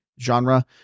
genre